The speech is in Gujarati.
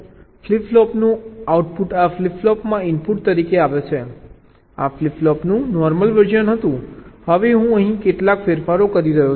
ફ્લિપ ફ્લોપનું આઉટપુટ આ ફ્લિપ ફ્લોપમાં ઇનપુટ તરીકે આવે છે આ ફ્લિપ ફ્લોપનું નોર્મલ વર્ઝન હતું હવે હું અહીં કેટલાક ફેરફારો કરી રહ્યો છું